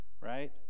Right